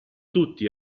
tutti